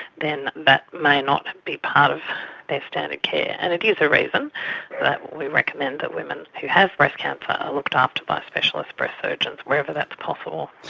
then that may not be part of their standard care. and it is a reason that we recommend that women who have breast cancer are looked after by specialist breast surgeons wherever that is possible.